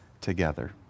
together